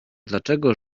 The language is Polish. dlaczego